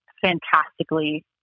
fantastically